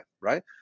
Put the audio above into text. Right